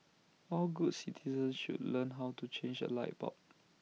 all good citizens should learn how to change A light bulb